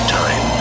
time